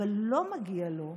אבל לא מגיעות לו,